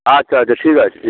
আচ্ছা আচ্ছা ঠিক আছে